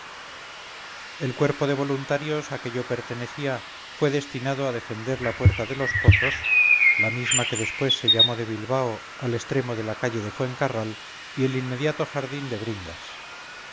el cuerpo de voluntarios a que yo pertenecía fue destinado a defender la puerta de los pozos la misma que después se llamó de bilbao al extremo de la calle de fuencarral y el inmediato jardín de bringas